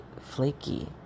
flaky